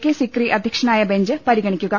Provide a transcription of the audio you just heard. K Sikri അധ്യക്ഷനായ bench പരിഗണിക്കുക